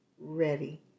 ready